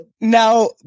Now